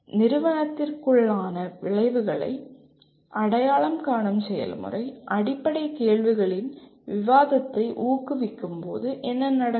நிறுவனத்திற்குள்ளான விளைவுகளை அடையாளம் காணும் செயல்முறை அடிப்படை கேள்விகளின் விவாதத்தை ஊக்குவிக்கும் போது என்ன நடக்கும்